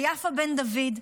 ליפה בן דויד,